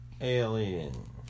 Alien